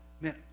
man